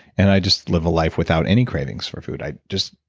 and i just live a live without any cravings for food. i just.